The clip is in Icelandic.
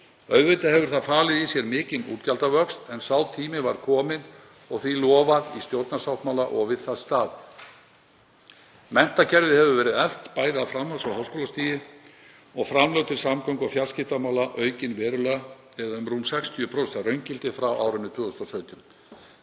Auðvitað hefur það falið í sér mikinn útgjaldavöxt en sá tími var kominn og því lofað í stjórnarsáttmála og við það staðið. Menntakerfið hefur verið eflt bæði á framhalds- og háskólastigi. Framlög til samgöngu- og fjarskiptamála hafa aukist um rúm 60% að raungildi frá 2017